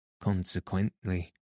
Consequently